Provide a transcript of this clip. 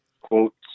quotes